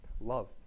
Love